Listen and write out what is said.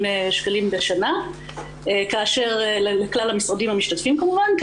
שקלים בשנה לכלל המשרדים המשתתפים כמובן.